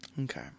Okay